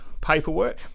paperwork